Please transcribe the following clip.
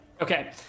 okay